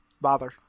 bother